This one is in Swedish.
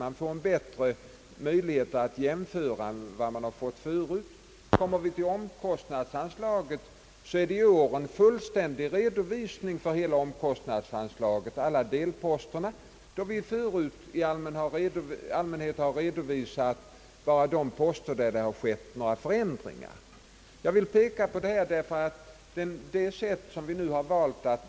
Man får då bättre möjligheter att jämföra med tidigare förhållanden. I år finns en fullständig redovisning av alla delposter i omkostnadsanslaget — förut har vi i allmänhet redovisat endast de poster där det har skett förändringar. Vi presenterar nu frågorna på ett sätt som är annorlunda.